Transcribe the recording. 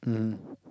mmhmm